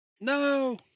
no